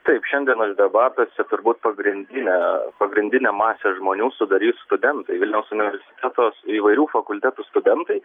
taip šiandienos debatuose turbūt pagrindinė pagrindinę masę žmonių sudarys studentai vilniaus universiteto įvairių fakultetų studentai